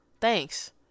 Thanks